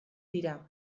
dira